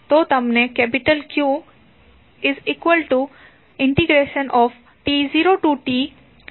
તો તમને Q Q≜t0tidt મળશે